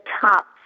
top